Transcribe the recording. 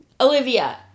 Olivia